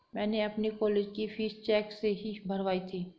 मैंने अपनी कॉलेज की फीस चेक से ही भरवाई थी